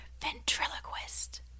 ventriloquist